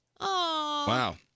Wow